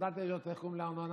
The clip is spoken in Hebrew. בפקודת העיריות איך קוראים לארנונה?